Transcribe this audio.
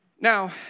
Now